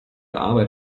arbeit